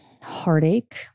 heartache